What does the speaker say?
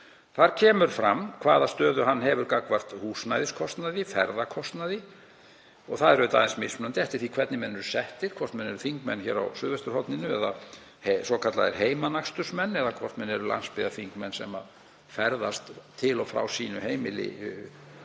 Þar kemur fram hvaða stöðu hann hefur gagnvart húsnæðiskostnaði, ferðakostnaði. Það er auðvitað aðeins mismunandi eftir því hvernig menn eru settir, hvort menn eru þingmenn hér á suðvesturhorninu, svokallaðir heimanakstursmenn, eða hvort menn eru landsbyggðarþingmenn sem ferðast til og frá sínu heimili vikulega